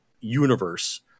universe